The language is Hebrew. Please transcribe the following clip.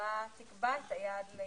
שהממשלה תקבע את היעד.